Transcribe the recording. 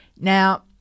Now